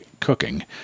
cooking